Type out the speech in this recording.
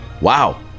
Wow